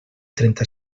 trenta